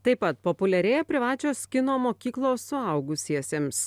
taip pat populiarėja privačios kino mokyklos suaugusiesiems